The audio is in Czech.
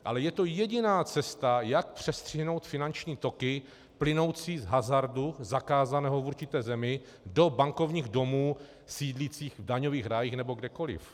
Ale je to jediná cesta, jak přestřihnout finanční toky plynoucí z hazardu zakázaného v určité zemi do bankovních domů sídlících v daňových rájích nebo kdekoliv.